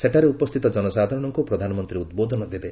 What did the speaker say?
ସେଠାରେ ଉପସ୍ଥିତ ଜନସାଧାରଣଙ୍କ ପ୍ରଧାନମନ୍ତ୍ରୀ ଉଦ୍ବୋଧନ ଦେବେ